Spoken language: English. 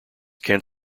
kent